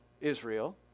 Israel